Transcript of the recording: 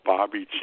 Bobby